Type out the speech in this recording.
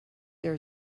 there